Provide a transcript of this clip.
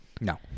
No